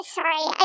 sorry